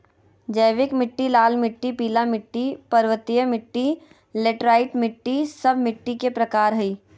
जैविक मिट्टी, लाल मिट्टी, पीला मिट्टी, पर्वतीय मिट्टी, लैटेराइट मिट्टी, सब मिट्टी के प्रकार हइ